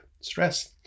Stress